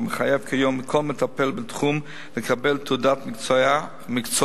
המחייב כיום כל מטפל בתחום לקבל תעודת מקצוע,